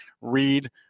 read